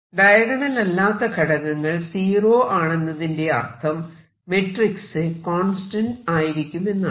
diagonal അല്ലാത്ത ഘടകങ്ങൾ zero ആണെന്നതിന്റെ അർഥം മെട്രിക്സ് കോൺസ്റ്റന്റ് ആയിരിക്കുമെന്നാണ്